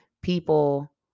people